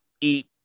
eat